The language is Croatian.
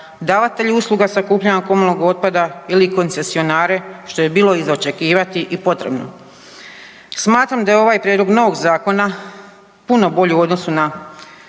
davatelja usluga sakupljanja komunalnog otpada ili koncesionare što je bilo i za očekivati i potrebno. Smatram da je ovaj prijedlog novog zakona puno bolji u odnosu na